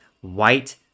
white